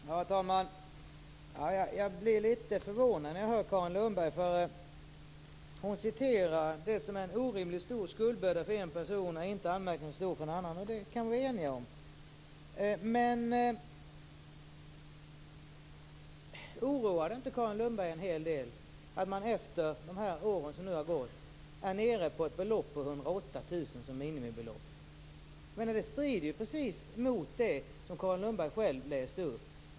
Herr talman! Jag blir litet förvånad när jag hör Carin Lundberg. Hon säger: Det som är en orimligt stor skuldbörda för en person är inte anmärkningsvärt stor för en annan. Det kan vi vara eniga om. Oroar sig inte Carin Lundberg en hel del för att man efter de år som gått är nere på ett belopp på 108 000 kr som minimibelopp? Det strider precis mot det som Carin Lundberg själv läste upp.